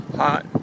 hot